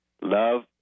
love